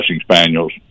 spaniels